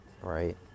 right